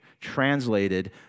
translated